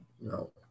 no